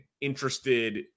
interested